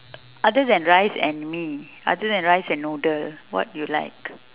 o~ other than rice and mee other than rice and noodle what you like